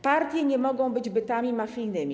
Partie nie mogą być bytami mafijnymi.